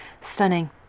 stunning